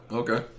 okay